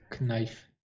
knife